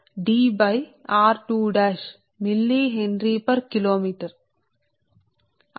కాబట్టి ఇదిr2 కిలోమీటరు కు మిల్లీ హెన్రీ మరియు r2 కూడా అదే విధంగా 0